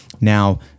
Now